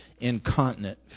incontinent